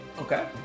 Okay